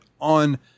on